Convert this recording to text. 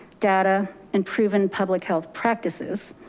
data and proven public health practices.